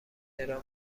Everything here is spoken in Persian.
چرا